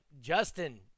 Justin